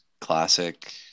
Classic